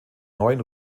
neuen